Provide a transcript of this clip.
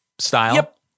Style